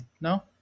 no